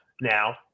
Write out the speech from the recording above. now